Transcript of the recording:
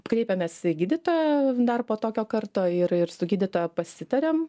kreipėmės į gydytoją dar po tokio karto ir ir su gydytoja pasitarėm